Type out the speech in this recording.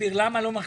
הסביר למה?